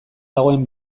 dagoen